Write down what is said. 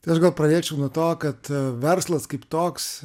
tai aš gal pradėčiau nuo to kad verslas kaip toks